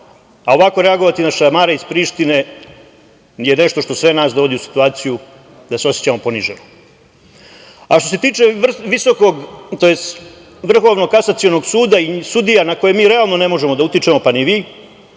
a ovako reagovati na šamare iz Prištine je nešto što sve nas dovodi u situaciju da se osećamo poniženo. Što se tiče Vrhovnog kasacionog suda i sudija na koje mi realno ne možemo da reagujemo, pa ni vi,